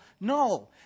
No